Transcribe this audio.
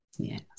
Yes